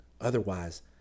otherwise